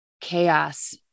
chaos